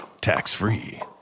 tax-free